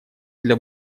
для